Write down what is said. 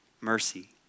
Mercy